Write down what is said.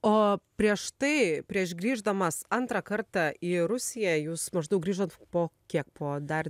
o prieš tai prieš grįždamas antrą kartą į rusiją jūs maždaug grįžot po kiek po dar